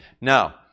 Now